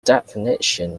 definition